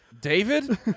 David